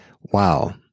Wow